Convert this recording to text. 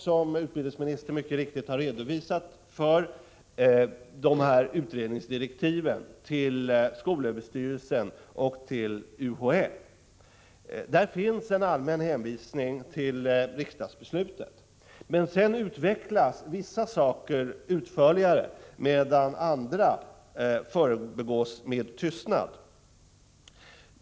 Som utbildningsministern har redovisat kom sedan utredningsdirektiven till skolöverstyrelsen och till UHÄ. Där finns en allmän hänvisning till riksdagsbeslutet, men därefter utvecklas vissa saker utförligare medan andra förbigås med tystnad.